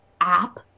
app